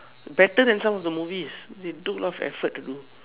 better than some of the movies they took a lot of effort to do